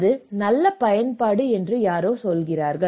அது நல்ல பயன்பாடு என்று யாரோ சொல்கிறார்கள்